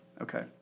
Okay